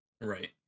Right